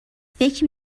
فکر